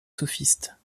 sophistes